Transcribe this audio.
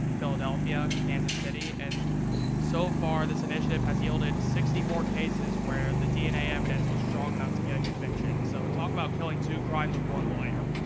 philadelphia, kansas city, and so far this initiative has yielded sixty four cases where the dna evidence was strong enough to get a conviction, so talk about killing two crimes with one lawyer.